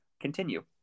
continue